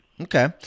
Okay